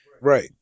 Right